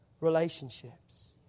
relationships